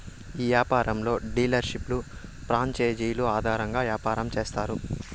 ఈ యాపారంలో డీలర్షిప్లు ప్రాంచేజీలు ఆధారంగా యాపారం చేత్తారు